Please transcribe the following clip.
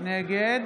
נגד